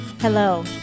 Hello